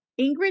Ingrid